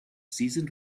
seasoned